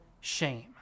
shame